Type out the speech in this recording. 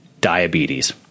diabetes